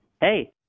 hey